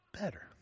better